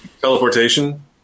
Teleportation